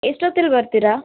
ಎಷ್ಟೊತ್ತಲ್ಲಿ ಬರ್ತೀರಾ